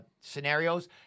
scenarios